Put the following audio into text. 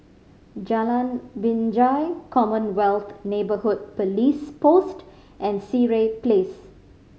Jalan Binjai Commonwealth Neighbourhood Police Post and Sireh Place